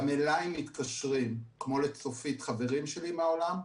גם אליי מתקשרים, כמו לצופית, חברים שלי מהעולם.